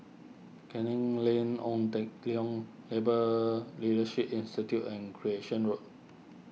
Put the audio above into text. Canning Lane Ong Teng Liang Labour Leadership Institute and Recreation Road